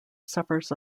suffers